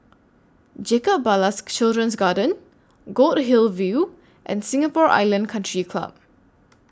Jacob Ballas Children's Garden Goldhill View and Singapore Island Country Club